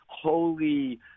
holy